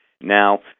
Now